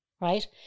right